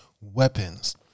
weapons